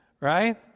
Right